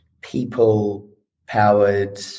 people-powered